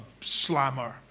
slammer